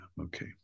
okay